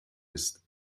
ist